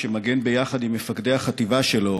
שמגן ביחד עם מפקדי החטיבה שלו